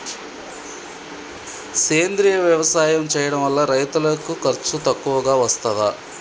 సేంద్రీయ వ్యవసాయం చేయడం వల్ల రైతులకు ఖర్చు తక్కువగా వస్తదా?